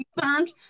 concerned